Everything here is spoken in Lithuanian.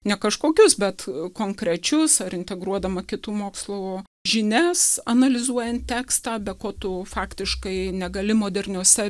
ne kažkokius bet konkrečius ar integruodama kitų mokslų žinias analizuojant tekstą be ko tu faktiškai negali moderniose